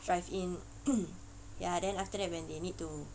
drive in ya then after that when they need to